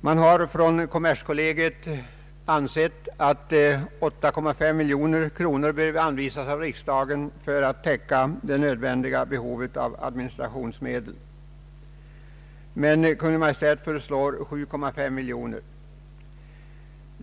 Man har från kommerskollegiets sida ansett att 8,5 miljoner kronor bör anvisas av riksdagen för att behovet av administrationsmedel skall täckas. Men Kungl. Maj:t föreslår 7,9 miljoner kronor.